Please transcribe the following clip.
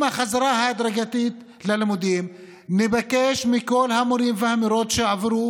עם החזרה ההדרגתית ללימודים נבקש מכל המורים והמורות שיעברו